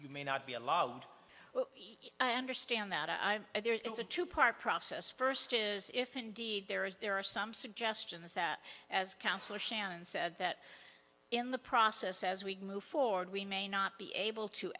you may not be alone i understand that i'm there is a two part process first if indeed there is there are some suggestions that as councillor shannon said that in the process as we move forward we may not be able to